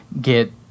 get